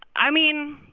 i mean,